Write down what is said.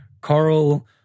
Carl